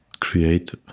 create